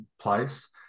place